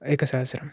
एकसहस्रं